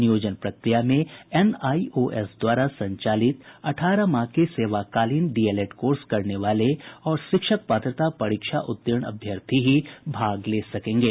नियोजन प्रक्रिया में एनआईओएस द्वारा संचालित अठारह माह के सेवाकालीन डीएलएड कोर्स करने वाले और शिक्षक पात्रता परीक्षा उत्तीर्ण अभ्यर्थी ही भाग ले सकेंगे